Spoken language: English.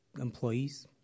employees